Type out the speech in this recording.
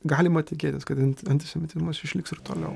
galima tikėtis kad anti antisemitizmas išliks ir toliau